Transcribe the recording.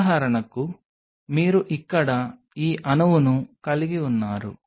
ఉదాహరణకు మీరు ఇక్కడ ఈ అణువును కలిగి ఉన్నారు